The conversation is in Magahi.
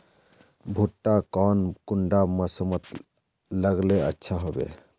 भुट्टा कौन कुंडा मोसमोत लगले अच्छा होबे?